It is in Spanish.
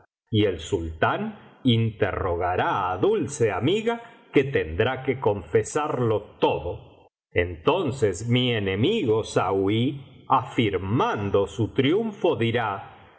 y el sultán interrogará á dulceamiga que tendrá que confesarlo tocio entonces mi enemigo síiuí afirmando su triunfo dirá oh